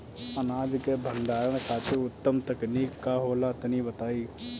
अनाज के भंडारण खातिर उत्तम तकनीक का होला तनी बताई?